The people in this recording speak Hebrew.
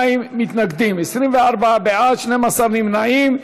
42 מתנגדים, 24 בעד, 12 נמנעים.